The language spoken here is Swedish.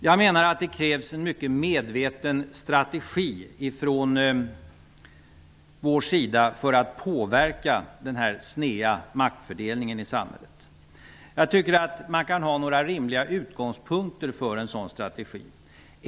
Jag menar att det krävs en mycket medveten strategi från vår sida för att påverka denna sneda maktfördelning i samhället. Man kan ha några rimliga utgångspunkter för en sådan strategi.